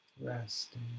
Resting